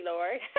Lord